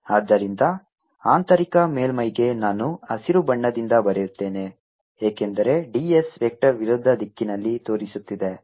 dS4πCe λr ಆದ್ದರಿಂದ ಆಂತರಿಕ ಮೇಲ್ಮೈಗೆ ನಾನು ಹಸಿರು ಬಣ್ಣದಿಂದ ಬರೆಯುತ್ತೇನೆ ಏಕೆಂದರೆ d s ವೆಕ್ಟರ್ ವಿರುದ್ಧ ದಿಕ್ಕಿನಲ್ಲಿ ತೋರಿಸುತ್ತಿದೆ